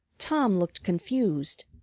tom looked confused.